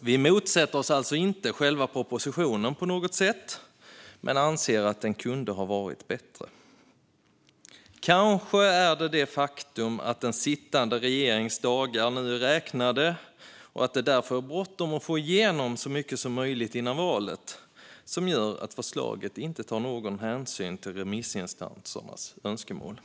Vi motsätter oss alltså inte på något sätt själva propositionen men anser att den kunde ha varit bättre. Det är kanske det faktum att den sittande regeringens dagar nu är räknade, och att det därför är bråttom att få igenom så mycket som möjligt innan valet, som gör att förslaget inte tar någon hänsyn till remissinstansernas önskemål.